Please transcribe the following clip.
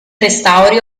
restauri